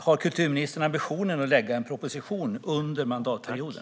Har kulturministern ambitionen att lägga fram en proposition under mandatperioden?